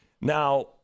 Now